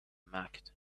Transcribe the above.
market